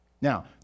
now